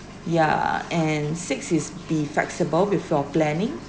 yeah and six is be flexible with your planning